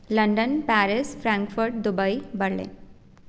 London Paris Frankfurt Dubai Berlin